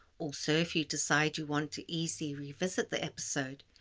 also if you decide you want to easily revisit the episode,